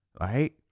Right